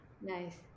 Nice